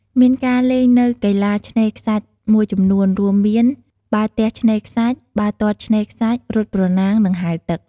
មានការលេងនៅកីឡាឆ្នេរខ្សាច់មួយចំនួនរួមមាន បាល់ទះឆ្នេរខ្សាច់ បាល់ទាត់ឆ្នេរខ្សាច់ រត់ប្រណាំង និងហែលទឹក។